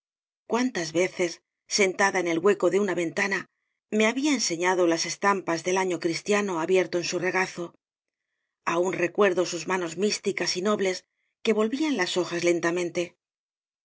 cuántas veces sentada en el hueco de una ventana me había enseñado las es tampas del año cristiano abierto en su re gazo aún recuerdo sus manos místicas y nobles que volvían las hojas lentamente